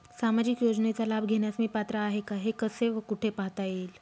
सामाजिक योजनेचा लाभ घेण्यास मी पात्र आहे का हे कसे व कुठे पाहता येईल?